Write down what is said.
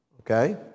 Okay